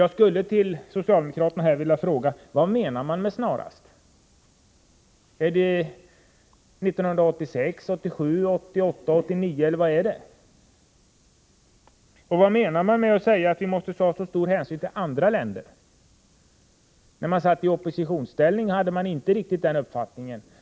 Jag skulle vilja fråga socialdemokraterna: Vad menar ni med ”snarast” — 1986, 1987, 1988, 1989 eller någonting annat? Och vad menar ni med att säga att vi måste ta så stor hänsyn till andra länder? När socialdemokraterna satt i oppositionsställning hade de inte riktigt samma uppfattning.